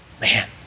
Man